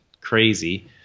crazy